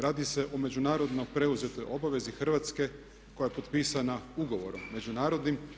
Radi se o međunarodno preuzetoj obvezi Hrvatske koja je potpisana ugovorom međunarodnim.